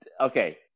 okay